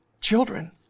children